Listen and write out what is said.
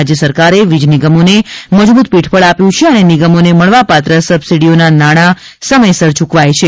રાજ્ય સરકારે વીજ નિગમોને મજબૂત પીઠબળ આપ્યું છે અને નિગમોને મળવાપાત્ર સબસીડીઓના નાણાં સમયસર ચૂકવાય છે